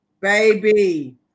Baby